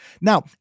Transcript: Now